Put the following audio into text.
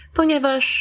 ponieważ